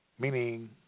meaning